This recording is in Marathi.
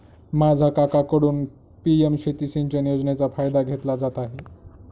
माझा काकांकडून पी.एम शेती सिंचन योजनेचा फायदा घेतला जात आहे